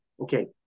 okay